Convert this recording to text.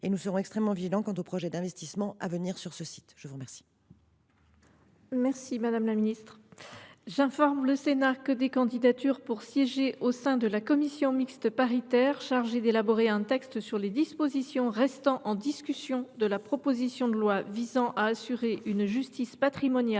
et nous serons extrêmement vigilants quant aux projets d’investissements à venir sur ce site. Nous en